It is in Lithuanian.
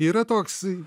yra toks